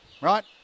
right